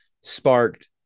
sparked